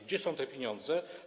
Gdzie są te pieniądze?